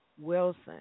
Wilson